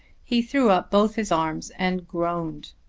he threw up both his arms and groaned,